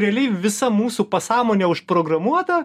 realiai visa mūsų pasąmonė užprogramuota